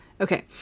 Okay